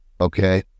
okay